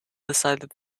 decided